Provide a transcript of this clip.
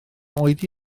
oedi